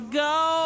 go